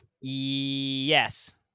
yes